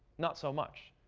not so much.